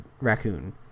raccoon